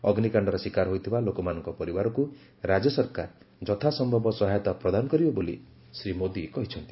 ଅଗ୍ନିକାଣ୍ଡର ଶିକାର ହୋଇଥିବା ଲୋକମାନଙ୍କ ପରିବାରକୁ ରାଜ୍ୟ ସରକାର ଯଥାସମ୍ଭବ ସହାୟତା ପ୍ରଦାନ କରିବେ ବୋଲି ଶ୍ରୀ ମୋଦୀ କହିଛନ୍ତି